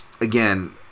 again